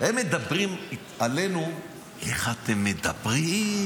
הם מדברים עלינו: איך אתם מדברים?